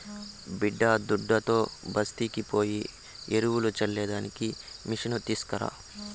బిడ్డాదుడ్డుతో బస్తీకి పోయి ఎరువులు చల్లే దానికి మిసను తీస్కరా